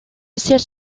siège